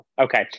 Okay